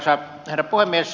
arvoisa herra puhemies